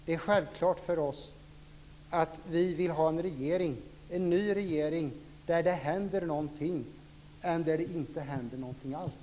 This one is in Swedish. Det är självklart för oss att vi hellre vill ha en ny regering som gör att det händer någonting i stället för en regering som gör att det inte händer någonting alls.